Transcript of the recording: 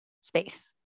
space